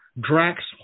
Drax